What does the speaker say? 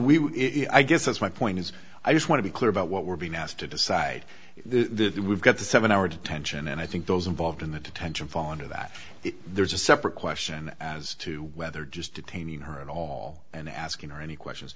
we i guess that's my point is i just want to be clear about what we're being asked to decide the we've got the seven hour detention and i think those involved in the detention fall into that there's a separate question as to whether just detaining her at all and asking her any questions